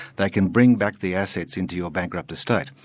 they can bring back the assets into your bankrupt estate.